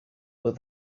but